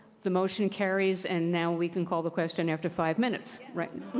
the motion carries and now we can call the question after five minutes.